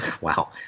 Wow